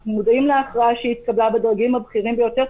אנחנו מודעים להכרעה שהתקבלה בדרגים הבכירים ביותר,